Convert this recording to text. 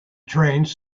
trains